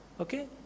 okay